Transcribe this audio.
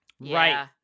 right